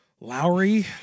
Lowry